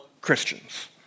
Christians